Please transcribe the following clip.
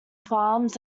farms